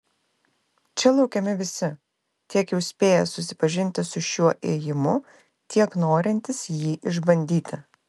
čia laukiami visi tiek jau spėję susipažinti su šiuo ėjimu tiek norintys jį išbandyti